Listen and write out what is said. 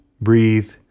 breathe